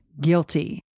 guilty